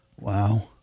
Wow